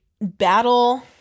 battle